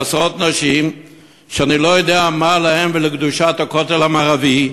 עשרות נשים שאני לא יודע מה להן ולקדושת הכותל המערבי,